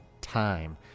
time